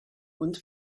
und